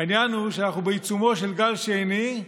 העניין הוא שאנחנו בעיצומו של גל שני,